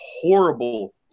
horrible